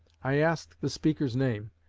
i asked the speaker's name,